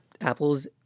Apple's